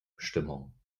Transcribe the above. bestimmungen